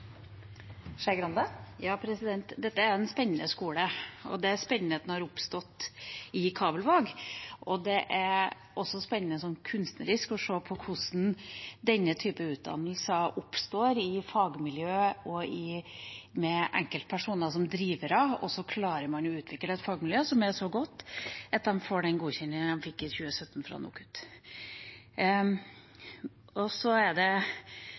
en spennende skole, og det er spennende at den har oppstått i Kabelvåg. Det er også spennende, kunstnerisk sett, å se hvordan denne typen utdanninger oppstår i fagmiljøet og med enkeltpersoner som drivere, og at man klarer å utvikle et fagmiljø som er så godt at de får den godkjenninga de fikk i 2017 fra NOKUT. For oss som har jobbet med kulturpolitikk lenge, er det